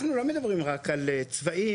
אנחנו לא מדברים רק על צבאים,